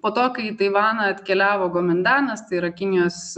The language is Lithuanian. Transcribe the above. po to kai į taivaną atkeliavo gomendanas tai yra kinijos